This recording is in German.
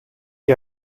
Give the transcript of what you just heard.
die